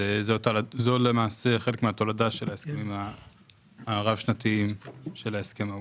זה למעשה חלק מהתולדה של ההסכמים הרב שנתיים של ההסכם ההוא.